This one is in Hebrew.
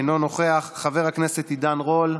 אינו נוכח, חבר הכנסת עידן רול,